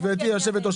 גברתי יושבת הראש,